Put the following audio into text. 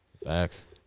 Facts